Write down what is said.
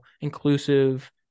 inclusive